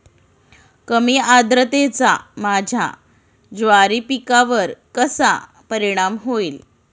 कमी आर्द्रतेचा माझ्या ज्वारी पिकावर कसा परिणाम होईल?